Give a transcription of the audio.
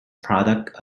product